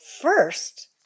first